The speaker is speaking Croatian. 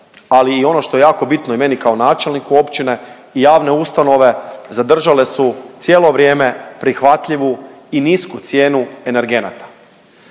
ali i ono što je jako bitno i meni kao načelniku općine, javne ustanove zadržale su cijelo vrijeme prihvatljivu i nisu cijenu energenata,